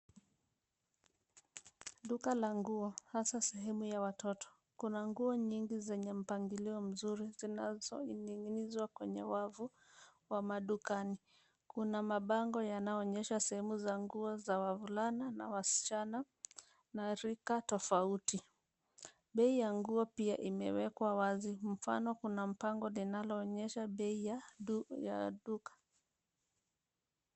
Duka la nguo hasa sehemu ya watoto. Kuna nguo nyingi zenye mpangilio mzuri zinazoning'inizwa kwenye wavu wa madukani. Kuna mabango yanayoonyesha sehemu za nguo za wavulana na wasichana na rika tofauti. Bei ya nguo pia imewekwa wazi mfano kuna mpango linaloonyesha bei ya duka.